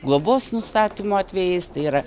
globos nustatymo atvejais tai yra